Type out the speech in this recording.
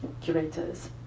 curators